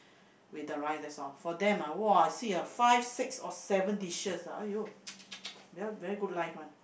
with the rice that's all for them ah !wah! you see ah five six or seven dishes ah !aiyo! they all very good life [one]